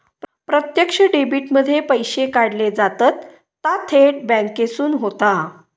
प्रत्यक्ष डेबीट मध्ये पैशे काढले जातत ता थेट बॅन्केसून होता